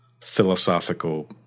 philosophical